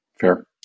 Fair